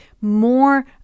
more